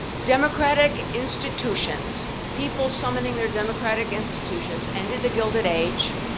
democratic institutions, people summoning their democratic institutions ended the gilded age,